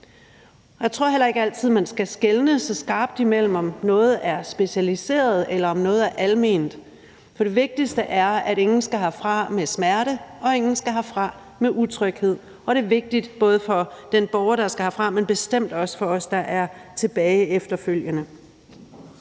Jeg tror heller ikke altid, at man skal skelne så skarpt imellem, om noget er specialiseret, eller om noget er alment, for det vigtigste er, at ingen skal herfra med smerte, og ingen skal herfra med utryghed. Det er vigtigt både for den borger, der skal herfra, men bestemt også for os, der er tilbage efterfølgende.